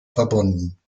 verbunden